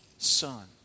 Son